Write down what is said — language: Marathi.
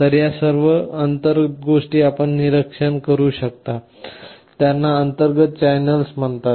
तर या सर्व अंतर्गत गोष्टी आपण निरीक्षण करू शकता त्यांना अंतर्गत चॅनेल्स म्हणतात